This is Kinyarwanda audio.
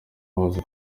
hose